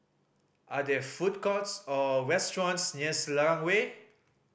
are there food courts or restaurants near Selarang Way